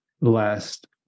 last